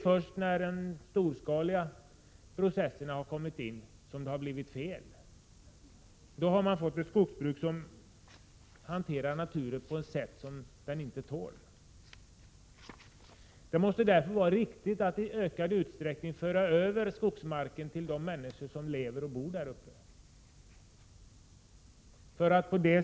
Först när de storskaliga processerna har kommit in i bilden har det blivit fel. Då har man genom skogsbruket hanterat naturen på ett sätt som den inte tål. Det måste därför vara riktigt att i ökad utsträckning föra över skogsmarken till de människor som bor i dessa trakter.